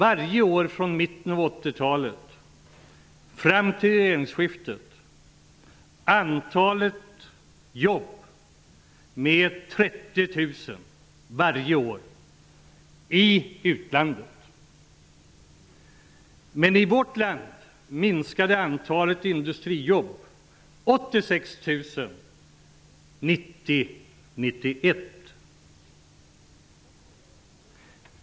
Men i vårt land minskade antalet industrijobb med 86 000 mellan 1990--1991.